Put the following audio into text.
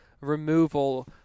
removal